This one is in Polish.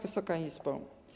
Wysoka Izbo!